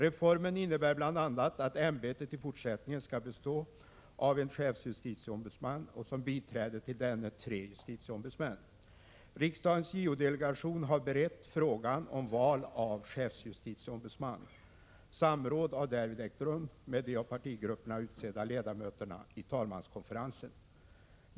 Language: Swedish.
Reformen innebär bl.a. att ämbetet i fortsättningen skall bestå av en chefsjustitieombudsman och som biträde till denne tre justitieombudsmän. Riksdagens JO-delegation har berett frågan om val av chefsjustitieombudsman. Samråd har därvid ägt rum med de av partigrupperna utsedda ledamöterna i talmanskonferensen.